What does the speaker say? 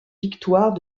victoires